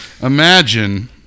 imagine